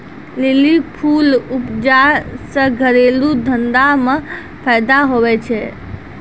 lily फूल उपजा से घरेलू धंधा मे फैदा हुवै छै